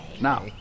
Now